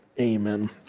amen